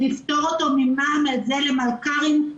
נפטור אותו ממע"מ על זה למלכ"רים.